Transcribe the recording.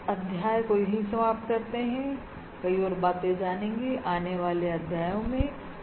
हम इस अध्याय को यहीं समाप्त करते हैं और कई बातें जानेंगे आने वाले अध्याय में